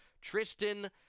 Tristan